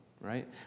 right